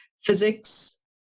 physics